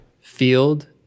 field